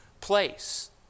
place